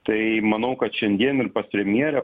tai manau kad šiandien ir pas premjerę